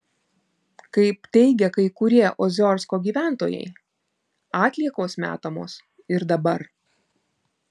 kaip teigia kai kurie oziorsko gyventojai atliekos metamos ir dabar